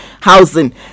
housing